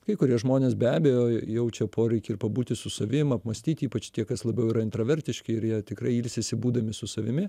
kai kurie žmonės be abejo jaučia poreikį ir pabūti su savim apmąstyti ypač tie kas labiau yra intravertiški ir jie tikrai ilsisi būdami su savimi